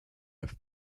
have